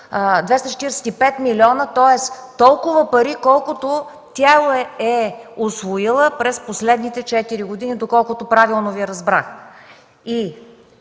245 милиона. Тоест толкова пари, колкото тя е усвоила през последните четири години, доколкото правилно Ви разбрах.